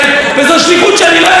חבר הכנסת חזן.